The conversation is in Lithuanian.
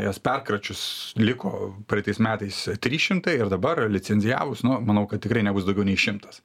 juos perkračius liko praeitais metais trys šimtai ir dabar licenzijavus nu manau kad tikrai nebus daugiau nei šimtas